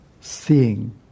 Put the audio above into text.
seeing